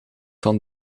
van